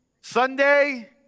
Sunday